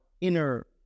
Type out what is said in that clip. inner